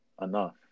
enough